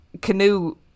canoe